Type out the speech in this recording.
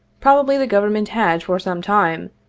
probably the government had, for some time,